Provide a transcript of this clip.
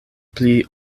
pli